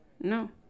No